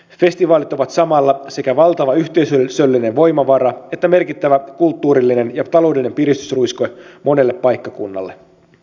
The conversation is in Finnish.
festivaalit ovat samalla sekä valtava yhteisöllinen voimavara että merkittävä kulttuurillinen ja taloudellinen piristysruiske monelle paikkakunnalle